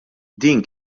din